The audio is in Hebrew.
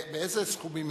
באיזה סכומים מדובר?